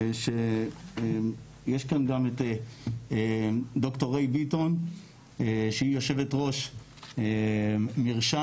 יש כאן גם את ד"ר ריי ביטון שהיא יושבת-ראש מרשם,